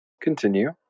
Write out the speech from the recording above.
Continue